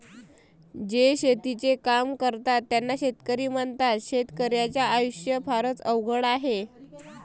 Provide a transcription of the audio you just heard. जे शेतीचे काम करतात त्यांना शेतकरी म्हणतात, शेतकर्याच्या आयुष्य फारच अवघड आहे